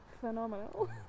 phenomenal